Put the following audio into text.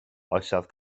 oesoedd